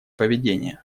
поведение